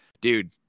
Dude